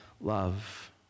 love